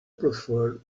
preferred